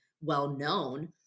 well-known